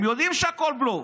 הם יודעים שהכול בלוף.